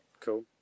cool